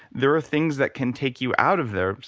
there are things that can take you out of there,